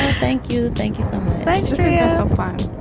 ah thank you. thank you so much. thank you yeah so far